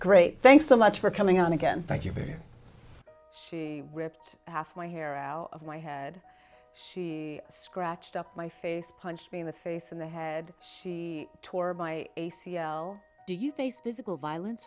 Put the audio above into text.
great thanks so much for coming on again thank you very she ripped half my hair out of my head she scratched up my face punched me in the face in the head she tore my a c l do you think physical violence